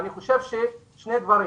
שני דברים: